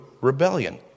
rebellion